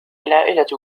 العائلة